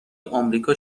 آمریکا